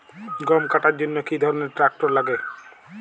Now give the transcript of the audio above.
গম কাটার জন্য কি ধরনের ট্রাক্টার লাগে?